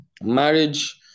Marriage